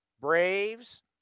Braves